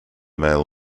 male